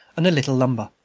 and a little lumber,